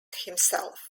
himself